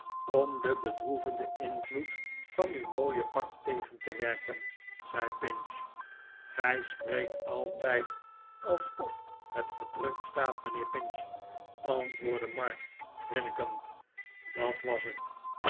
om den bedroevenden invloed van uw mooie pak tegen te werken zei pinch gij spreekt altijd alsof het gedrukt staat mijnheer pinch antwoordde mark grinnikend dat was het